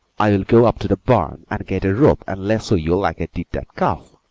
i'll go up to the barn and get a rope, and lasso you like i did that calf,